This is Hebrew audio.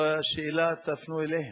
את השאלה תפנו אליהם.